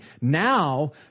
Now